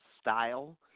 style